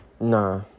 nah